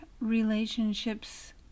relationships